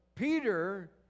Peter